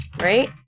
Right